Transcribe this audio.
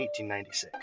1896